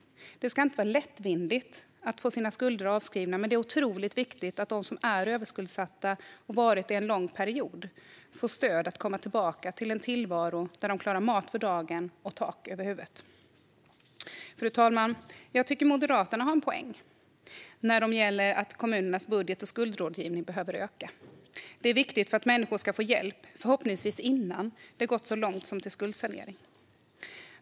Det ska inte vara lättvindigt att få sina skulder avskrivna, men det är otroligt viktigt att de som är överskuldsatta och har varit det en lång period får stöd att komma tillbaka till en tillvaro där de klarar mat för dagen och tak över huvudet. Fru talman! Jag tycker att Moderaterna har en poäng när det gäller att kommunernas budget och skuldrådgivning behöver öka. Det är viktigt för att människor ska få hjälp, förhoppningsvis innan det gått så långt som till skuldsanering.